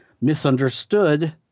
misunderstood